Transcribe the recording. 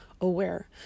aware